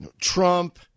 Trump